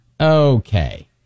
okay